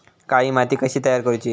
काळी माती कशी तयार करूची?